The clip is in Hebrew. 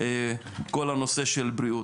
על כל הנושא של בריאות.